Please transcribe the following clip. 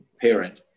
parent